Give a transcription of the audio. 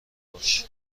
باش